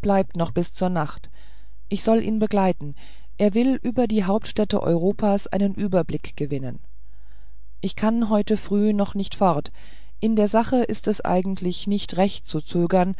bleibt noch bis zur nacht ich soll ihn begleiten er will über die hauptstädte europas einen überblick gewinnen aber ich kann heute früh noch nicht fort in der sache ist es eigentlich nicht recht zu zögern